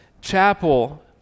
chapel